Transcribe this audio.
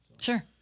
Sure